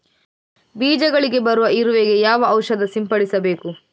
ಬೀಜಗಳಿಗೆ ಬರುವ ಇರುವೆ ಗೆ ಯಾವ ಔಷಧ ಸಿಂಪಡಿಸಬೇಕು?